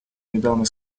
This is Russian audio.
недавно